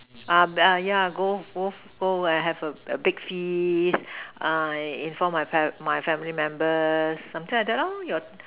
oh yeah go go go and have a a big feast I inform my pear my family members something like that your